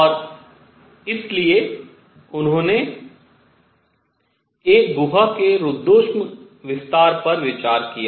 और इसलिए उन्होंने एक गुहा के रुद्धोष्म विस्तार पर विचार किया